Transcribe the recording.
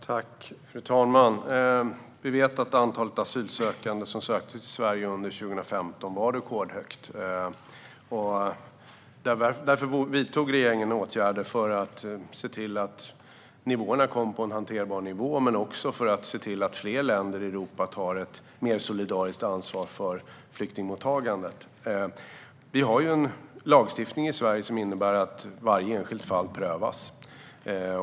Fru talman! Vi vet att antalet asylsökande som sökte sig till Sverige under 2015 var rekordhögt. Därför vidtog regeringen åtgärder för att se till att det blev en hanterbar nivå men också för att se till att fler länder i Europa skulle ta ett mer solidariskt ansvar för flyktingmottagandet. Vi har en lagstiftning i Sverige som innebär att varje enskilt fall prövas.